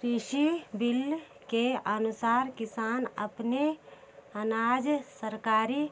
कृषि बिल के अनुसार किसान अपना अनाज सरकारी